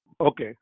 Okay